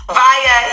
via